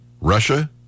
Russia